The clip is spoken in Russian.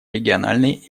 региональной